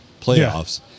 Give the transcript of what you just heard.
playoffs